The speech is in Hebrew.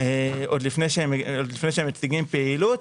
עוד לפני שהם מציגים פעילות.